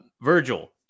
Virgil